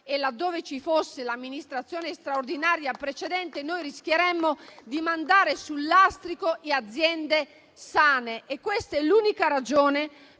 e, laddove ci fosse l'amministrazione straordinaria precedente, noi rischieremmo di mandare sul lastrico aziende sane. Questa è l'unica ragione